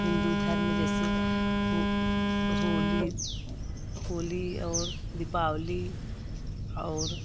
हिंदू धर्म जैसे हो होली और दीपावली और